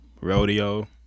Rodeo